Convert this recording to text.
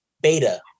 Beta